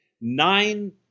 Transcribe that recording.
nine